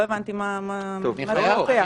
לא הבנתי מה זה מוכיח.